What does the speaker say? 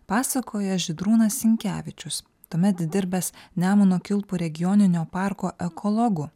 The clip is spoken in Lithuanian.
pasakoja žydrūnas sinkevičius tuomet dirbęs nemuno kilpų regioninio parko ekologu